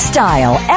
Style